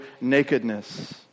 nakedness